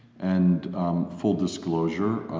and a full disclosure